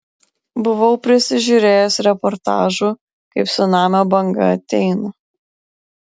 buvau prisižiūrėjęs reportažų kaip cunamio banga ateina